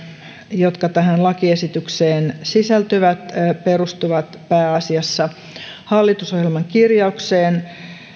jotka tähän lakiesitykseen sisältyvät perustuvat pääasiassa hallitusohjelman kirjaukseen